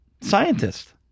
scientist